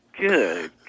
good